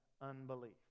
unbelief